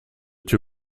two